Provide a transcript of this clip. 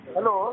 Hello